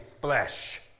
flesh